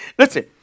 Listen